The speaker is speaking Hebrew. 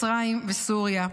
מצרים וסוריה.